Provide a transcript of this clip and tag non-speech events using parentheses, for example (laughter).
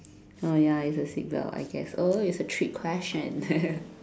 oh ya it's a seatbelt I guess oh it's a trick question (laughs)